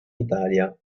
italia